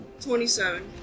27